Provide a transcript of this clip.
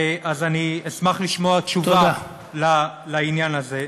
אז אני אשמח לשמוע תשובה בעניין הזה.